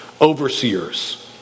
overseers